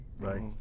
right